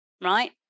right